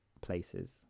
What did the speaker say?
places